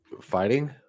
Fighting